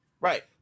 right